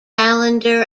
calendar